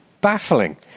Baffling